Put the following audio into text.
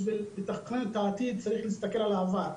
בשביל לתכנן את העתיד, צריך להסתכל על העבר.